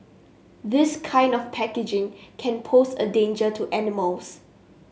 this kind of packaging can pose a danger to animals